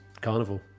Carnival